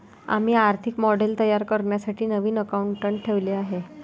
आम्ही आर्थिक मॉडेल तयार करण्यासाठी नवीन अकाउंटंट ठेवले आहे